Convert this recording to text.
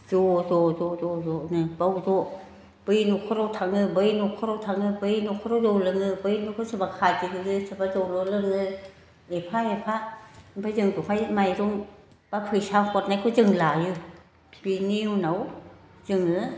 ज' ज' ज' ज' ज'नो बाव ज' ज' बे न'खराव थाङो बै न'खराव थाङो बै न'खराव जौ लोङो बै न'खराव सोरबा खाजि हरो सोरबा जौल' लोङो एफा एफा ओमफ्राय जोंखौहाय माइरं एबा फैसा हरनायखौ जों लायो बेनि उनाव जोङो